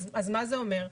מה זה אומר,